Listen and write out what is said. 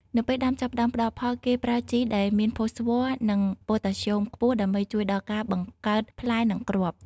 នៅពេលដើមចាប់ផ្តើមផ្តល់ផល គេប្រើជីដែលមានផូស្វ័រ និងប៉ូតាស្យូមខ្ពស់ ដើម្បីជួយដល់ការបង្កើតផ្លែ និងគ្រាប់